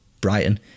Brighton